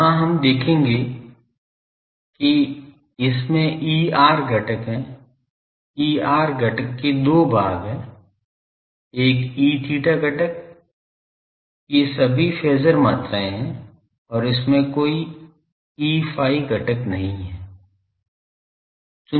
वहां हम देखेंगे कि इसमें Er घटक है Er घटक के दो भाग है एक Eθ घटक ये सभी फेज़र मात्राएं हैं और इसमें कोई Eϕ घटक नहीं है